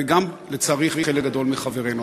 ולצערי גם חלק גדול מחברינו.